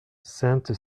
sainte